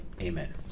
amen